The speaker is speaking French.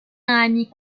ami